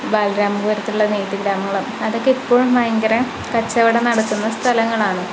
ബാലരാമപുരത്തുള്ള നെയ്ത്തുഗ്രാമങ്ങളും അതൊക്കെ എപ്പോഴും ഭയങ്കര കച്ചവടം നടക്കുന്ന സ്ഥലങ്ങളാണ്